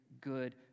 good